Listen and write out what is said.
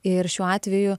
ir šiuo atveju